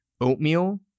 oatmeal